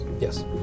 Yes